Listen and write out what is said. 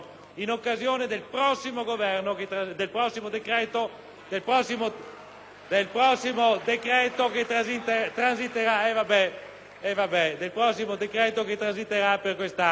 del prossimo decreto che transiterà per quest'Aula. Vorrei avere una rassicurazione perché non potete mettermi in queste condizioni.